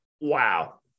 Wow